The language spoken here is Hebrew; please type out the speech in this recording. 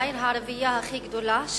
העיר הערבית הכי גדולה,